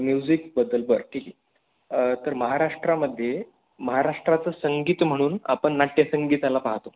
म्युझिकबद्दल बरं ठीक आहे तर महाराष्ट्रामध्ये महाराष्ट्राचं संगीत म्हणून आपण नाट्यसंगीताला पाहतो